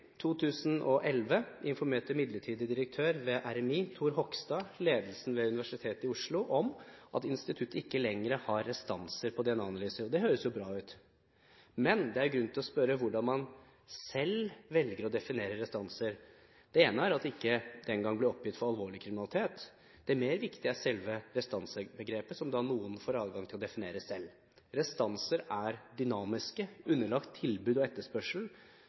2011 informerte midlertidig direktør ved RMI, Thor Håkstad, ledelsen ved Universitetet i Oslo om at instituttet ikke lenger har restanser på DNA-analyser, og det høres jo bra ut, men det er grunn til å spørre hvordan man selv velger å definere restanser. Det ene er at dette ikke den gang ble oppgitt for alvorlig kriminalitet. Det mer viktige er selve restansebegrepet, som noen får adgang til å definere selv. Restanser er dynamiske og underlagt tilbud og etterspørsel.